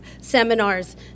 seminars